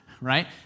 right